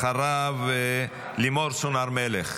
אחריו, לימור סון הר מלך.